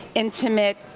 intimate,